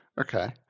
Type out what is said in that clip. Okay